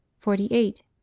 forty eight.